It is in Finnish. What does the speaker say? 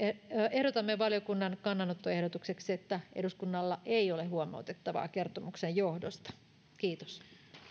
ehdotamme valiokunnan kannanottoehdotukseksi että eduskunnalla ei ole huomautettavaa kertomuksen johdosta kiitos